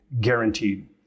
guaranteed